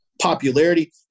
popularity